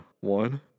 One